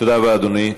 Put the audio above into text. תודה רבה, אדוני.